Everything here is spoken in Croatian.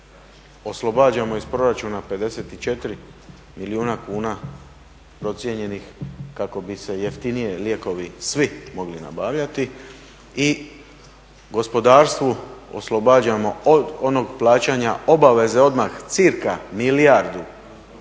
oslobađamo iz proračuna 54 milijuna kuna, procijenjenih kako bi se jeftinije lijekovi svi mogli nabavljati i gospodarstvu oslobađamo od onoga plaćanja obaveze odmah cca milijardu